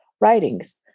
writings